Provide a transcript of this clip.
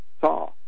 saw